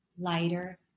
Lighter